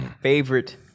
favorite